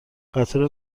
قطار